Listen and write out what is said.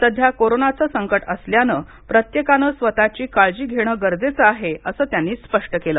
सध्या कोरोनाचं संकट असल्यानं प्रत्येकानं स्वतची काळजी घेणं गरजेचं आहे असं त्यांनी स्पष्ट केलं